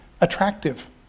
attractive